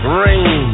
rain